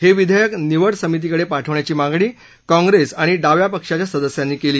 हे विधेयक निवडसमितीकडे पाठवण्याची मागणी काँप्रेस आणि डाव्या पक्षाच्या सदस्यांनी केली